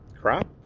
crop